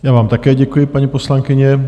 Já vám také děkuji, paní poslankyně.